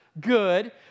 good